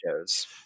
shows